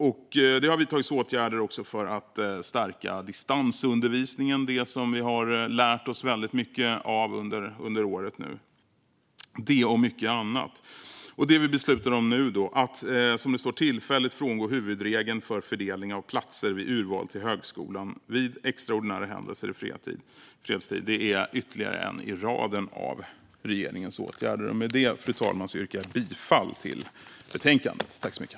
Det har också vidtagits åtgärder för att stärka distansundervisningen, som vi har lärt oss väldigt mycket av under det gångna året. Detta och mycket annat har gjorts. Det vi beslutar om nu är alltså att tillfälligt frångå huvudregeln för fördelning av platser vid urval till högskolan vid extraordinära händelser i fredstid, vilket är ytterligare en i raden av regeringens åtgärder. Med det yrkar jag bifall till förslaget i betänkandet.